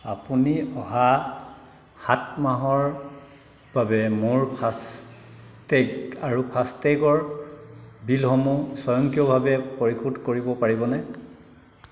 আপুনি অহা সাত মাহৰ বাবে মোৰ ফাষ্টেগ আৰু ফাষ্টেগৰ বিলসমূহ স্বয়ংক্ৰিয়ভাৱে পৰিশোধ কৰিব পাৰিবনে